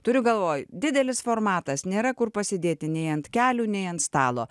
turiu galvoj didelis formatas nėra kur pasidėti nei ant kelių nei ant stalo